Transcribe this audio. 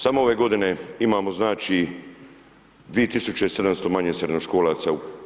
Samo ove godine imamo, znači, 2700 manje srednjoškolaca.